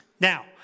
Now